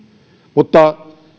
mutta